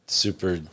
super